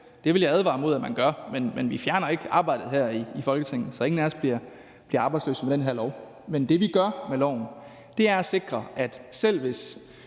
Det vil jeg advare imod man gør. Men vi fjerner ikke arbejdet her i Folketinget, så ingen af os bliver arbejdsløse med den her lov. Men det, vi gør med loven, er at sikre, at selv hvis